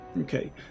Okay